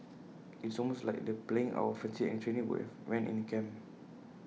IT is almost like the playing out of A fantasy any trainee would have when in camp